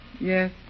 Yes